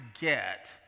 get